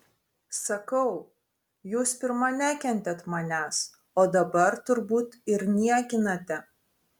sakau jūs pirma nekentėt manęs o dabar turbūt ir niekinate